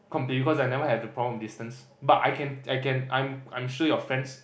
compete you cause I never had the problem with distance but I can I can I'm I'm sure your friends